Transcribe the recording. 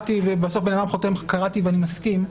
ובסוף בן אדם חותם: קראתי ואני מסכים,